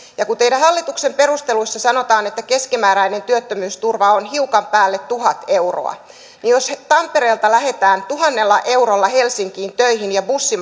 ja kun teidän hallituksenne perusteluissa sanotaan että keskimääräinen työttömyysturva on hiukan päälle tuhat euroa niin jos tampereelta lähdetään tuhannella eurolla helsinkiin töihin ja bussi